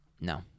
No